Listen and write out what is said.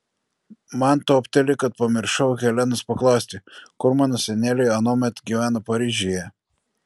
man topteli kad pamiršau helenos paklausti kur mano seneliai anuomet gyveno paryžiuje